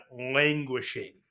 languishing